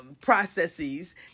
processes